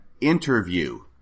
interview